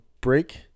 break